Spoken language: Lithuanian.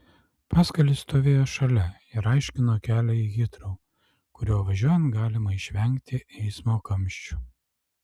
paskalis stovėjo šalia ir aiškino kelią į hitrou kuriuo važiuojant galima išvengti eismo kamščių